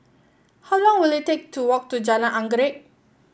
how long will it take to walk to Jalan Anggerek